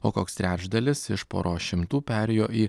o koks trečdalis iš poros šimtų perėjo į